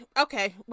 Okay